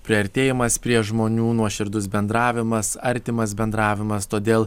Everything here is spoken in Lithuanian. priartėjimas prie žmonių nuoširdus bendravimas artimas bendravimas todėl